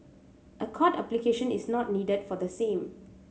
a court application is not needed for the same